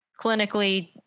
clinically